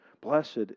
Blessed